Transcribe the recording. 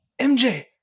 MJ